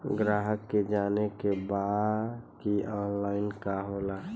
ग्राहक के जाने के बा की ऑनलाइन का होला?